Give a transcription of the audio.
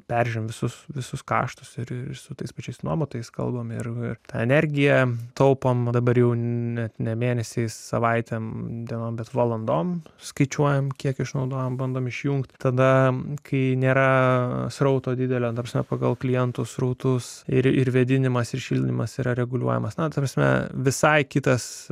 peržiūrime visus visus kaštus ir su tais pačiais nuomotojais kalbame ir energija taupoma dabar jau net ne mėnesiais savaitėm dienom bet valandom skaičiuojame kiek išnaudojame bandome išjungti tada kai nėra srauto didelę taršą pagal klientų srautus ir ir vėdinimas ir šildymas yra reguliuojamas na ta prasme visai kitas